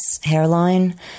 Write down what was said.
hairline